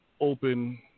open